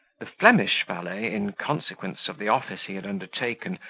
the flemish valet, in consequence of the office he had undertaken,